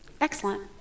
Excellent